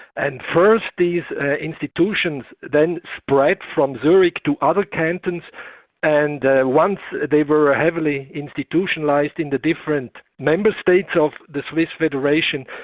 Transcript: and first these institutions then spread from zurich to other cantons and once they were heavily institutionalised in the different member-states of the swiss federation,